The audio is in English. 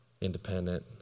Independent